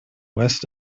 west